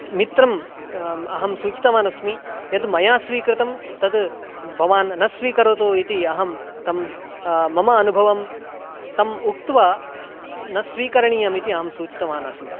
मित्रं अहं सूचितवानस्मि यत् मया स्वीकृतं तत् भवान् न स्वीकरोतु इति अहं तं मम अनुभवं तम् उक्त्वा न स्वीकरणीयमिति अहं सूचितवानासम्